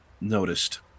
noticed